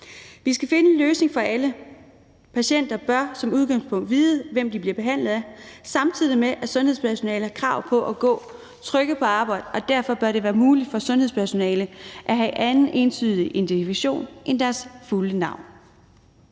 Vi skal finde en løsning for alle. Patienterne bør som udgangspunkt vide, hvem de bliver behandlet af, samtidig med at sundhedspersonalet har krav på at være trygge, når de går på arbejde, og derfor bør det være muligt for sundhedspersonalet at have en anden entydig identifikation end deres fulde navn.